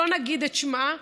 לא נגיד את שמה,